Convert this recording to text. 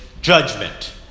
judgment